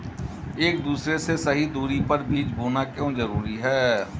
एक दूसरे से सही दूरी पर बीज बोना क्यों जरूरी है?